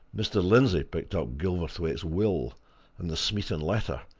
mr. lindsey picked up gilverthwaite's will and the smeaton letter,